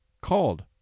called